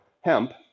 hemp